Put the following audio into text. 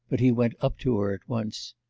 but he went up to her at once.